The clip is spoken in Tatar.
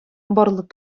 барлык